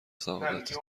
سعادتت